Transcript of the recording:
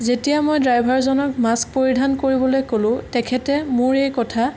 যেতিয়া মই ড্ৰাইভাৰজনক মাস্ক পৰিধান কৰিবলৈ ক'লো তেখেতে মোৰ এই কথা